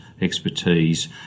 expertise